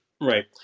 Right